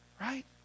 right